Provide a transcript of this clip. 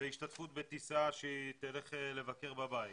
והשתתפות בטיסה, שהיא תלך לבקר בבית,